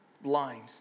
blind